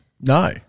no